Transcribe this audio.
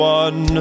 one